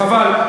חבל,